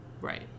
Right